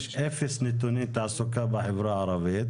יש אפס נתוני תעסוקה בחברה הערבית,